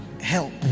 help